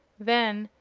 then,